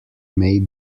may